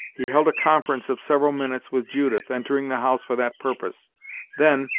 he held a conference of several minutes with judith, entering the house for that purpose then,